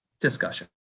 discussion